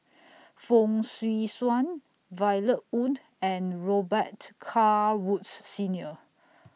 Fong Swee Suan Violet Oon and Robet Carr Woods Senior